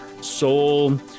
soul